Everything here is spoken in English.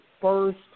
first